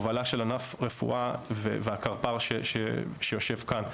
בהובלה של ענף רפואה והקרפ"ר שיושב כאן,